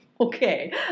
Okay